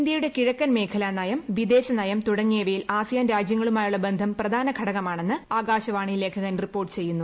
ഇന്ത്യയുടെ കിഴക്കൻ മേഖല നയം വിദേശ നയം തുടങ്ങിയവയിൽ ആസിയാൻ രാജ്യങ്ങളുമായുള്ള ബന്ധം പ്രധാന ഘടകമാണെന്ന് ആകാശവാണി ലേഖകൻ റിപ്പോർട്ട് ചെയ്യുന്നു